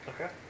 Okay